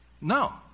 No